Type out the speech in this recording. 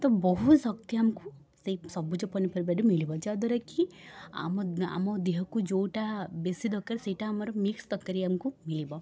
ତ ବହୁତ ଶକ୍ତି ଆମକୁ ସେଇ ସବୁଜ ପନିପରିବାରେ ମିଳିବ ଯାହାଦ୍ୱାରାକି ଆମ ଆମ ଦେହକୁ ଯେଉଁଟା ବେଶୀ ଦରକାର ସେଇଟା ଆମର ମିକ୍ସ ତରକାରୀ ଆମକୁ ମିଳିବ